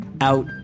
out